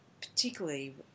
particularly